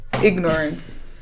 Ignorance